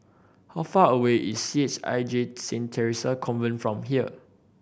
how far away is C H I J Saint Theresa Convent from here